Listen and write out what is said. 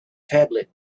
tablet